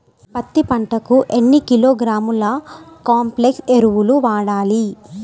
పత్తి పంటకు ఎన్ని కిలోగ్రాముల కాంప్లెక్స్ ఎరువులు వాడాలి?